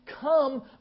come